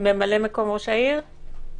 ממלא-מקום ראש העיר.